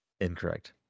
Incorrect